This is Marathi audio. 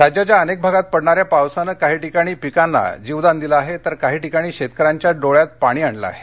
वाशीम राज्याच्या अनेक भागात पडणाऱ्या पावसानं काही ठिकाणी पिकांना जीवदान दिलं आहे तर काही ठिकाणी शेतकऱ्यांच्या डोळ्यात पाणी आणलं आहे